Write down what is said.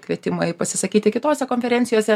kvietimai pasisakyti kitose konferencijose